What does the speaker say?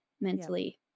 mentally